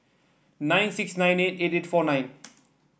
nine six nine eight eight eight four nine